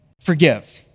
Forgive